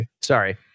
Sorry